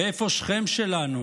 ואיפה שכם שלנו,